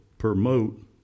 promote